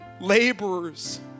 laborers